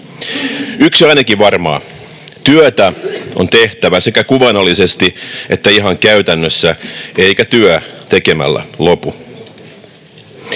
Yksi on ainakin varmaa: työtä on tehtävä sekä kuvaannollisesti että ihan käytännössä, eikä työ tekemällä lopu.